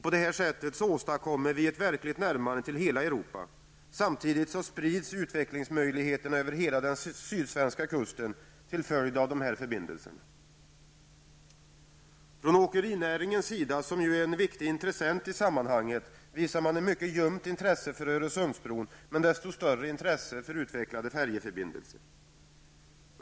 På detta sätt åstadkommer vi ett verkligt närmande till hela Europa. Samtidigt sprids utvecklingsmöjligheterna över hela den sydsvenska kusten till följd av dessa förbindelser. Från åkerinäringens sida, som ju är en viktig intressent i sammanhanget, visar man ett mycket ljumt intresse för Öresundsbron, men desto större intresse för utvecklade färjeförbindelser.